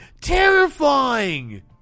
terrifying